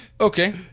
Okay